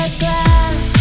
glass